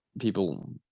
people